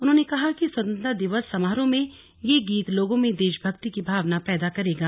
उन्होंने कहा कि स्वतंत्रता दिवस समारोह में ये गीत लोगों में देशभक्ति की भावना पैदा करेगा